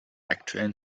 aktuellen